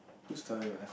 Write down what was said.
two storey ah